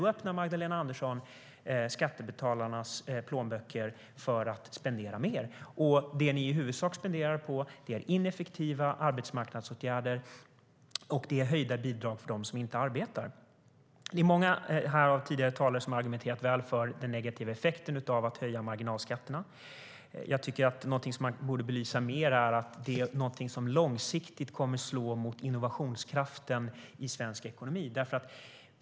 Då öppnar Magdalena Andersson skattebetalarnas plånböcker för att spendera mer, och det ni i huvudsak spenderar på är ineffektiva arbetsmarknadsåtgärder och höjda bidrag för dem som inte arbetar. Många tidigare talare har argumenterat väl för den negativa effekten av att höja marginalskatterna. Någonting som jag tycker att man borde belysa mer är att det långsiktigt kommer att slå mot innovationskraften i svensk ekonomi.